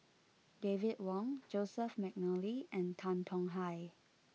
David Wong Joseph McNally and Tan Tong Hye